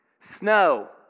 Snow